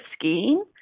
skiing